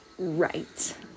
right